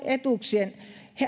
etuuksien